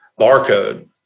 barcode